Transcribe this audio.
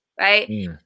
right